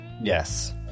Yes